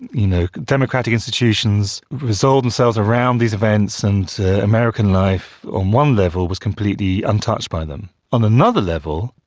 you know democratic institutions resolve themselves around these events and american life on one level was completely untouched by them. on another level,